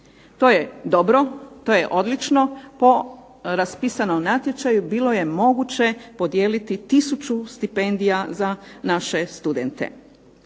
To je dobro, to je odlično, po raspisanom natječaju bilo je moguće podijeliti tisuću stipendija za naše studente.